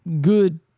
good